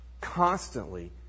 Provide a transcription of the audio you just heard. constantly